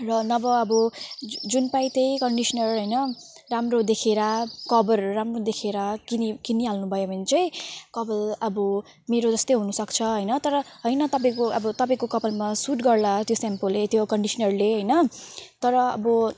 र नभए अब जुन पायो त्यही कन्डिस्नर होइन राम्रो देखेर कभरहरू राम्रो देखेर किनी किनिहाल्नु भयो भने चाहिँ कपाल अब मेरो जस्तै हुनु सक्छ होइन तर होइन तपाईँको अब तपाईँको कपालमा सुट गर्ला त्यो स्याम्पोले त्यो कन्डिस्नरले होइन तर अब